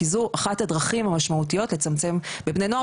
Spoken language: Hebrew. כי זו אחת הדרכים המשמעותיות לצמצם בבני נוער,